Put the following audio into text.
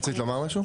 רצית לומר משהו?